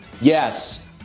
Yes